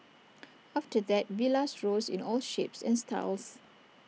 after that villas rose in all shapes and styles